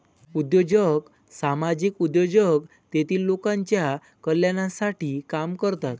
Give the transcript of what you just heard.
उद्योजक सामाजिक उद्योजक तेतील लोकांच्या कल्याणासाठी काम करतात